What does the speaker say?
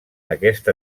aquest